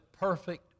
perfect